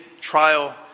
trial